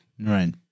Right